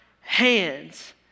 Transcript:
hands